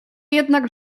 jednak